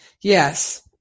Yes